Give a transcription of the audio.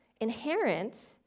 Inherent